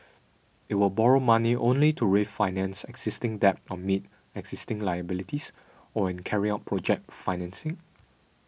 it will borrow money only to refinance existing debt or meet existing liabilities or when carrying out project financing